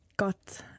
Got